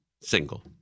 single